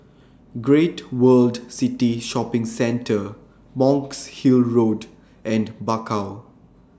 Great World City Shopping Centre Monk's Hill Road and Bakau